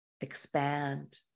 expand